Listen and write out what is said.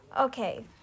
okay